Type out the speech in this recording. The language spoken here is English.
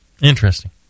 Interesting